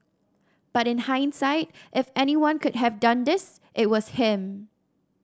but in hindsight if anyone could have done this it was him